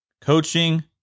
Coaching